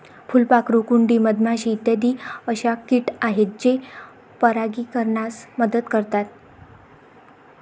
फुलपाखरू, कुंडी, मधमाशी इत्यादी अशा किट आहेत जे परागीकरणास मदत करतात